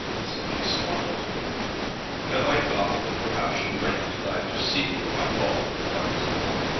and simply smiled and i thought that perhaps you might be glad to see me if i called. that was all.